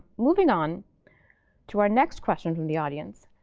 moving on to our next question from the audience,